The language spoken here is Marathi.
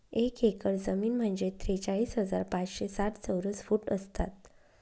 एक एकर जमीन म्हणजे त्रेचाळीस हजार पाचशे साठ चौरस फूट असतात